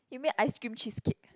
you made ice cream cheesecake